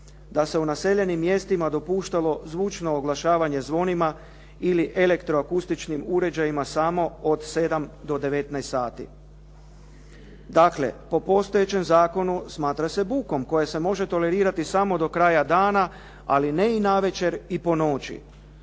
Da se u naseljenim mjestima dopuštalo zvučno oglašavanje zvonima ili elektroakustičkim uređajima samo od 7,00 do 19,00 sati. Dakle, po postojećem zakonu smatra se bukom koja se može tolerirati samo do kraja dana, ali ne i navečer ili po noći.